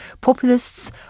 Populists